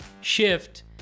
shift